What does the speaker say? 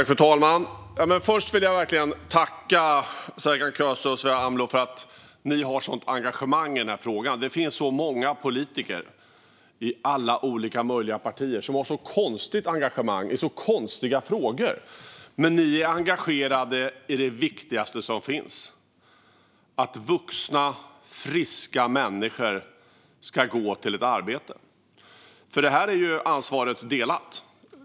Fru talman! Först vill jag verkligen tacka Serkan Köse och Sofia Amloh för att ni har ett så starkt engagemang i frågan. Det finns så många politiker i alla möjliga olika partier som har ett så konstigt engagemang i så konstiga frågor. Men ni är engagerade i det viktigaste som finns: att vuxna, friska människor ska gå till ett arbete. För detta är ansvaret delat.